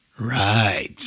Right